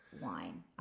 wine